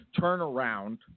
turnaround